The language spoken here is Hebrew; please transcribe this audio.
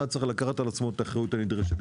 צריך לקחת על עצמו את האחריות הנדרשת,